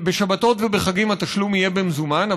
בשבתות ובחגים התשלום יהיה במזומן.